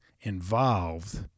involved